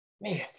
man